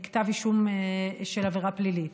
כתב אישום בעבירה פלילית.